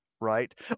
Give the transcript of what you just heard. Right